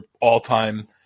all-time